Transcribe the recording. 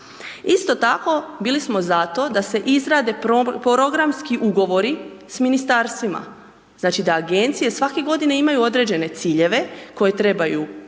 Isto tako bili smo za to da se izrade programski ugovori s ministarstvima. Znači da agencije svake godine imaju određene ciljeve koje trebaju